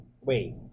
Wait